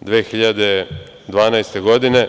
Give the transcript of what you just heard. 2012. godine.